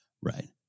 Right